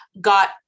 got